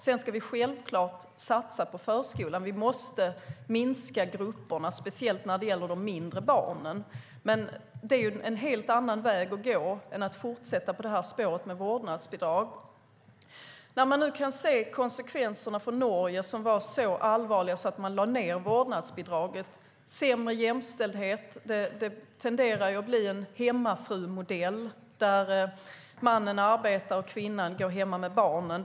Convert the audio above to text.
Sedan ska vi självklart satsa på förskolan. Vi måste minska gruppstorleken, speciellt när det gäller de mindre barnen. Men det är en helt annan väg att gå än att fortsätta på spåret med vårdnadsbidrag. Vi kan se att konsekvenserna i Norge var så allvarliga att man avvecklade vårdnadsbidraget. Det blev sämre jämställdhet. Det tenderar att bli en hemmafrumodell där mannen arbetar och kvinnan går hemma med barnen.